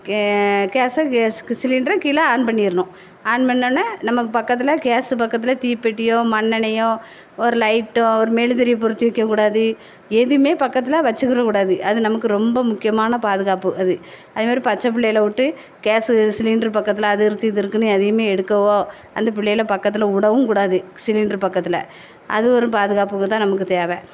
K கேஸை gas சிலிண்டரை கீழே ஆன் பண்ணிடணும் ஆன் பண்ணோடன்னே நமக்கு பக்கத்தில் கேஸு பக்கத்தில் தீப்பெட்டியோ மண்ணெண்ணெயோ ஒரு லைட்டோ ஒரு மெழுதிரிய பொருத்தி வைக்கக்கூடாது எதுவுமே பக்கத்தில் வச்சிக்கிறக்கூடாது அது நமக்கு ரொம்ப முக்கியமான பாதுகாப்பு அது அது மாதிரி பச்சை பிள்ளையில விட்டு கேஸு சிலிண்டரு பக்கத்தில் அது இருக்குது இது இருக்குதுன்னு எதையுமே எடுக்கவோ அந்த பிள்ளையில பக்கத்தில் விடவும் கூடாது சிலிண்டரு பக்கத்தில் அது ஒரு பாதுகாப்புக்கு தான் நமக்கு தேவை